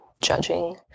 judging